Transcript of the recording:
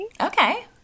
Okay